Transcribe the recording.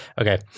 okay